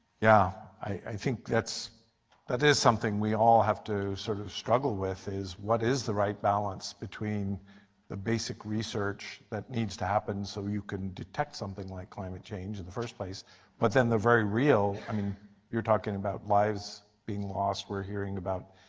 yeah i think that is something we all have to sort of struggle with is what is the right balance between the basic research that needs to happen so you can detect something like climate change in the first place but then the very real i mean you are talking about lives being lost, we are hearing about